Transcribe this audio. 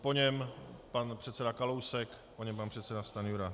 Po něm pan předseda Kalousek, po něm pan předseda Stanjura.